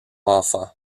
enfants